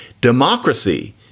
democracy